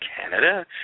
Canada